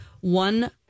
one